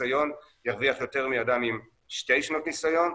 ניסיון ירוויח יותר מאדם עם שנתיים ניסיון,